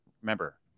Remember